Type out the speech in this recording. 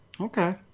Okay